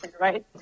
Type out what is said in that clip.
right